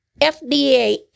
FDA